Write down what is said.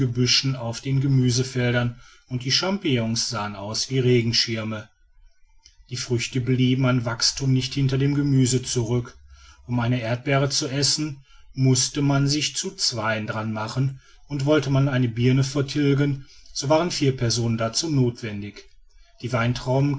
gebüschen auf den gemüsefeldern und die champignons sahen aus wie regenschirme die früchte blieben an wachsthum nicht hinter den gemüsen zurück um eine erdbeere zu essen mußte man sich zu zweien daran machen und wollte man eine birne vertilgen so waren vier personen dazu nothwendig die